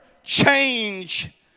change